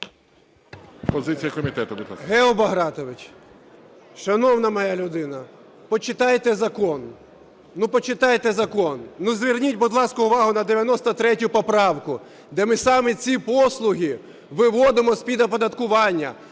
Гео Багратович, шановна моя людино, почитайте закон. Ну, почитайте закон. Ну, зверніть, будь ласка, увагу на 93 поправку, де ми саме ці послуги виводимо з-під оподаткування,